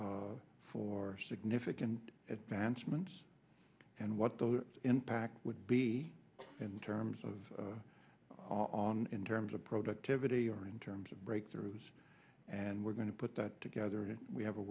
for significant at dance months and what the impact would be in terms of on in terms of productivity or in terms of breakthroughs and we're going to put that together we have a